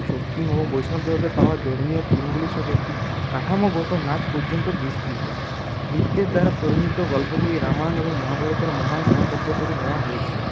শক্তি এবং বৈষ্ণব ধরে পাওয়া ধর্মীয় থিমগুলির সাথে একটি কাঠামোগত নাচ পর্যন্ত বিস্তৃত নিত্যের দ্বারা গল্পগুলি রামায়ণ এবং মহাভারতের মহান মহাকাব্য থেকে নেওয়া হয়েছে